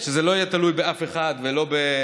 כדי שבאמת זה לא יהיה תלוי באף אחד ולא בשום